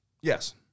Yes